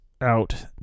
out